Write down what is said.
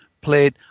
played